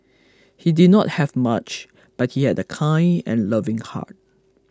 he did not have much but he had a kind and loving heart